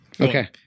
okay